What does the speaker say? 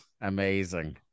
Amazing